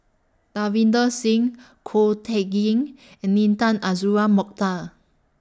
Davinder Singh Ko Teck Kin and Intan Azura Mokhtar